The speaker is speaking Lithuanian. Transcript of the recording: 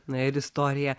na ir istorija